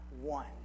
one